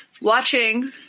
watching